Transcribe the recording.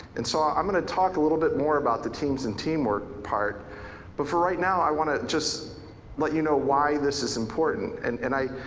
and so i'm gonna talk a little bit more about the teams and teamwork part but for right now i want to just let you know why this is important. and and i,